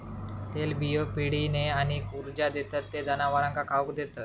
तेलबियो पिढीने आणि ऊर्जा देतत ते जनावरांका खाउक देतत